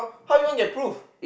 how do you want get proof